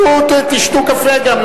צאו תשתו קפה גם,